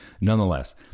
Nonetheless